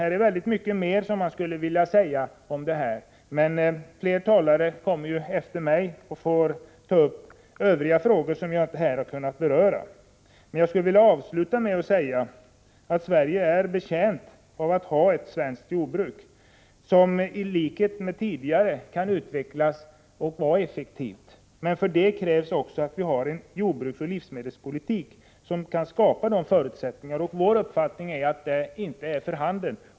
Det finns mycket mer som jag skulle vilja säga, men flera talare kommer efter mig och får ta upp övriga frågor som jag inte har kunnat beröra. Jag skulle vilja avsluta med att säga att Sverige är betjänt av att ha ett svenskt jordbruk, som i likhet med tidigare kan utvecklas och vara effektivt. Men för detta krävs att vi har en jordbruksoch livsmedelspolitik som kan skapa de förutsättningarna, och vår uppfattning är att en sådan inte är för handen.